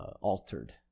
altered